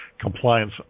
compliance